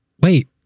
wait